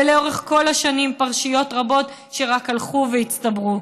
ולאורך כל השנים פרשיות רבות רק הלכו והצטברו.